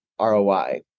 ROI